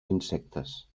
insectes